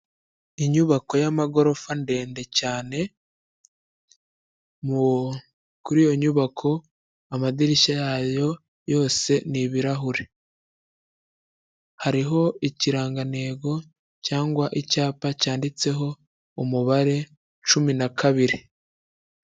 Inyubako y'amagorofa ndende cyane, kuri iyo nyubako amadirishya yayo yose ni ibirahure. Hariho ikirangantego cyangwa icyapa cyanditseho umubare cumi na kabiri.